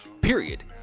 period